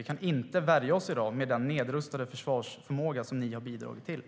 Vi kan inte värja oss i dag med den nedrustade försvarsförmåga som ni har bidragit till.